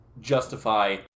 justify